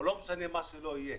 או לא משנה מה שלא יהיה.